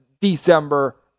December